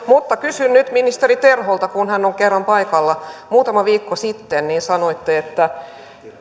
mutta kysyn nyt ministeri terholta kun hän on kerran paikalla muutama viikko sitten sanoitte että